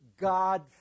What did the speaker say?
God